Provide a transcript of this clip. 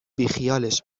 بیخیالش